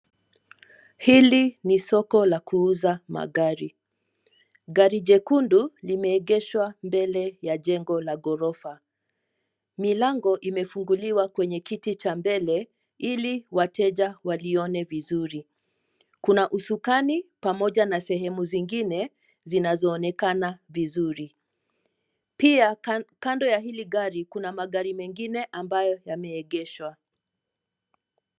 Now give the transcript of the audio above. Hili ni soko la kuuza magari. Gari jekundu limeegeshwa mbele ya jengo la ghorofa. milango imefunguliwa kwenye kiti cha mbele ili wateja walione vizuri. Kuna usukani pamoja na sehemu zingine zinazoonekana vizuri. Pia kando ya hili gari kuna magari mengine ambayo yameegeshwa.